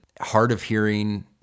hard-of-hearing